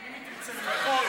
אם היא תרצה לדחות,